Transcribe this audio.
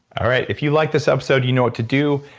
all right. if you like this episode, you know what to do.